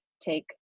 take